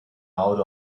out